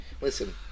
listen